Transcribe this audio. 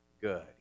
good